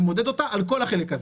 אני מודד אותה על כל החלק הזה.